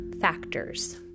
factors